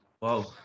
wow